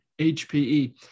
HPE